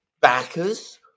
backers